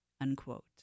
unquote